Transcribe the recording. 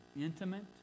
intimate